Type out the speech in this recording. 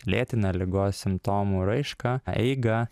lėtina ligos simptomų raišką eigą